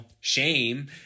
shame